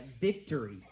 victory